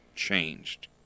changed